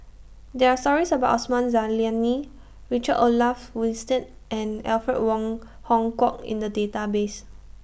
There Are stories about Osman Zailani Richard Olaf Winstedt and Alfred Wong Hong Kwok in The Database